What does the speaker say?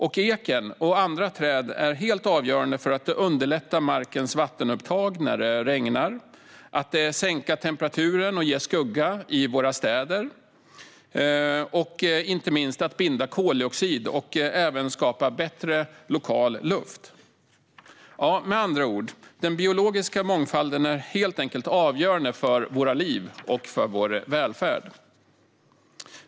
Och eken och andra träd är helt avgörande för att underlätta markens vattenupptag när det regnar, för att sänka temperaturen och ge skugga i våra städer och inte minst binda koldioxid och även skapa bättre lokal luft. Med andra ord: Den biologiska mångfalden är avgörande för våra liv och för vår välfärd.